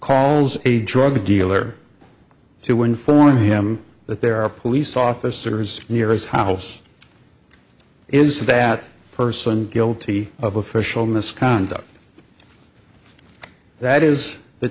calls a drug dealer to inform him that there are police officers near his house is that person guilty of official misconduct that is the